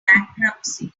bankruptcy